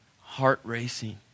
heart-racing